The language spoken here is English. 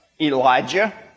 Elijah